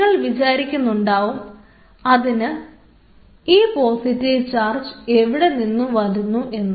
നിങ്ങൾ വിചാരിക്കുന്നുണ്ടാവും ഇതിന് ഈ പോസിറ്റീവ് ചാർജ് എവിടെനിന്നു വരുന്നു എന്ന്